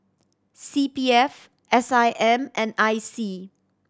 C P F S I M and I C